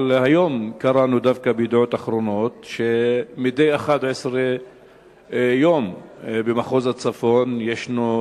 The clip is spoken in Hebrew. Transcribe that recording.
אבל היום קראנו דווקא ב"ידיעות אחרונות" שמדי 11 יום יש רצח